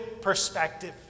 perspective